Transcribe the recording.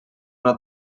una